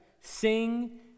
sing